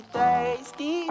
thirsty